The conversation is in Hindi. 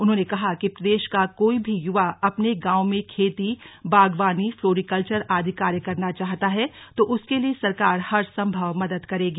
उन्होंने कहा कि प्रदेश का कोई भी युवा अपने गांव में खेती बागवानी फलोरिक्लचर आदि कार्य करना चाहता है तो उसके लिए सरकार हर संभव मदद करेगी